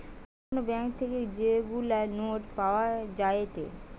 যে কোন ব্যাঙ্ক থেকে যেগুলা নোট পাওয়া যায়েটে